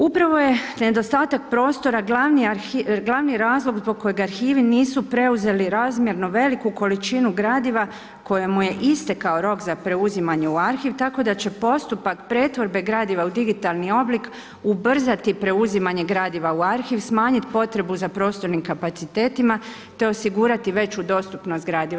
Upravo je nedostatak prostora glavni razlog zbog kojeg arhivi nisu preuzeli razmjerno veliku količinu gradiva kojemu je istekao rok za preuzimanje u arhiv, tako da će postupak pretvorbe gradiva u digitalni oblik ubrzati preuzimanje gradiva u arhiv, smanjit potrebu za prostornim kapacitetima, te osigurati veću dostupnost gradiva.